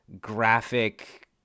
graphic